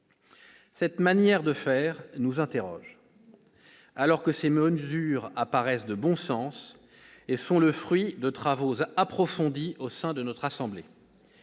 Cette manière de faire nous interroge, alors que ces mesures apparaissent de bon sens et sont le fruit de travaux approfondis au sein de notre assemblée.